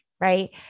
right